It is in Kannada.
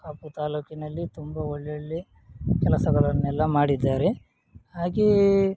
ಕಾಪು ತಾಲೂಕಿನಲ್ಲಿ ತುಂಬ ಒಳ್ಳೊಳ್ಳೆಯ ಕೆಲಸಗಳನ್ನೆಲ್ಲ ಮಾಡಿದ್ದಾರೆ ಹಾಗೇ